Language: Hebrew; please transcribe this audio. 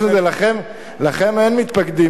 חוץ מזה, לכם אין מתפקדים.